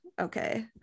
okay